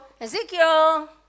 Ezekiel